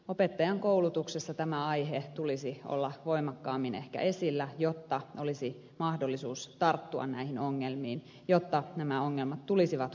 opettajankoulutuksessa tämän aiheen tulisi olla voimakkaammin ehkä esillä jotta olisi mahdollisuus tarttua näihin ongelmiin jotta nämä ongelmat tulisivat huomatuksi